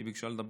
היא ביקשה לדבר.